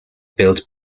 built